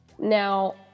Now